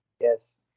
Yes